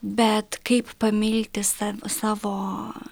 bet kaip pamilti sav savo